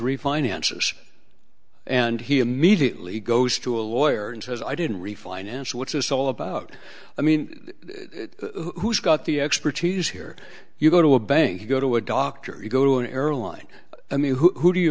refinances and he immediately goes to a lawyer and says i didn't refinance what's this all about i mean who's got the expertise here you go to a bank you go to a doctor you go to an airline i mean who do you